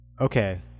Okay